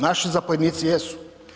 Naši zapovjednici jesu.